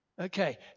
Okay